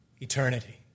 eternity